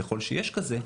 ככל שיש כזה,